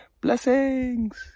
Blessings